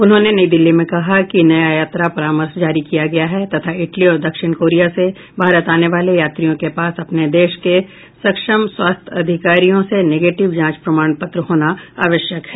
उन्होंने नई दिल्ली में कहा कि नया यात्रा परामर्श जारी किया गया है तथा इटली और दक्षिण कोरिया से भारत आने वाले यात्रियों के पास अपने देश के सक्षम स्वास्थ्य अधिकारियों से निगेटिव जांच प्रमाण पत्र होना आवश्यक है